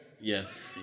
Yes